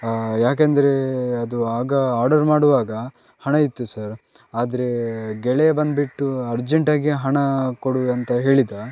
ಯಾಕಂದರೆ ಅದು ಆಗ ಆರ್ಡರ್ ಮಾಡುವಾಗ ಹಣ ಇತ್ತು ಸರ್ ಆದರೆ ಗೆಳೆಯ ಬಂದುಬಿಟ್ಟು ಅರ್ಜೆಂಟಾಗಿ ಹಣ ಕೊಡು ಅಂತ ಹೇಳಿದ